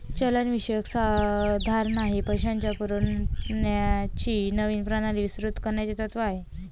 चलनविषयक सुधारणा हे पैशाच्या पुरवठ्याची नवीन प्रणाली प्रस्तावित करण्याचे तत्त्व आहे